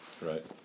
right